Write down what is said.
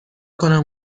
کنم